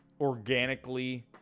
organically